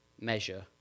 measure